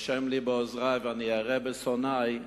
ה' לי בעוזרי ואני אראה בשונאי.